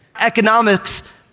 Economics